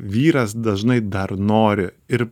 vyras dažnai dar nori ir